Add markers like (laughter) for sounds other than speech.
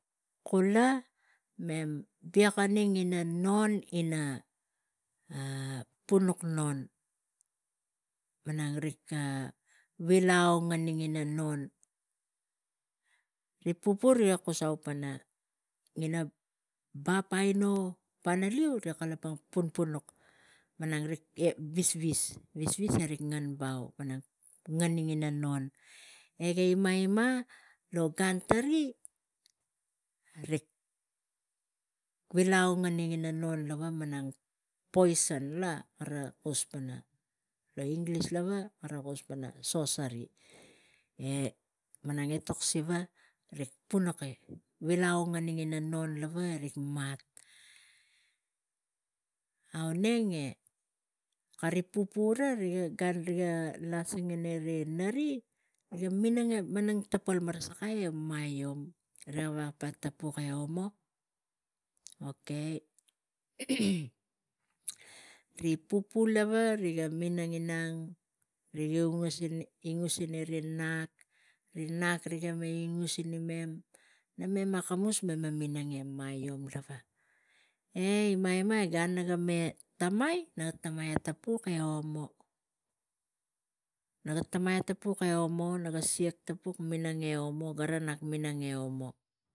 Kula mem ngeni ina nkon ina (hesitation) punuk non palang rik vila ong gani na non. Ri pupu riga kusau pana ina papa aino pana su rik kalapang malang rik e visvis, visvis e rik ngen bau malang ngeni ina non. E ga me ima, ima lo gan tari rik vila au ngoni tan non lava, posin la, kara kus pana lo inglis lava kara kus pana soseri e malang etok siva rik punaki vil au ngani non lava e rik mat, auneng kari pupu riga gan lasingari ri riga minang e tara pangai e mait. Riga veko mo tapuk e omo, okay (noise) ri pupu lava ga minang ima riga gavai losin ri imem. E namem akamus me minang e maiom lava, e ima, ima e gan naga tamai e puk e omo naga tamai e omo. Naga tapuk minang e omo lava, (unintelligible) naga me minang e omo.